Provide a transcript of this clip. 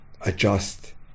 adjust